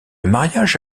mariage